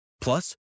Plus